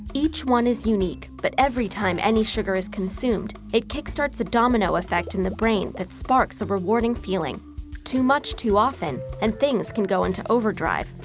each one is unique, but every time any sugar is consumed, it kickstarts a domino effect in the brain that sparks a rewarding feeling too much, too often, and things can go into overdrive.